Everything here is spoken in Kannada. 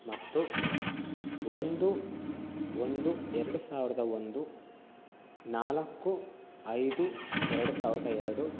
ಮತ್ತು ಒಂದು ಒಂದು ಎರಡು ಸಾವಿರದ ಒಂದು ನಾಲ್ಕು ಐದು ಎರಡು ಸಾವಿರದ ಎರಡು